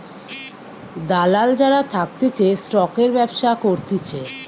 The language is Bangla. দালাল যারা থাকতিছে স্টকের ব্যবসা করতিছে